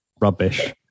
rubbish